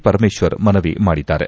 ಪರಮೇಶ್ವರ್ ಮನವಿ ಮಾಡಿದ್ದಾರೆ